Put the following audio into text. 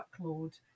workload